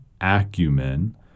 acumen